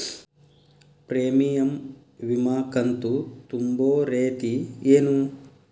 Premium ವಿಮಾ ಕಂತು ತುಂಬೋ ರೇತಿ ಏನು?